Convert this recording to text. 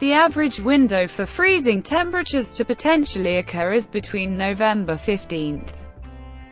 the average window for freezing temperatures to potentially occur is between november fifteen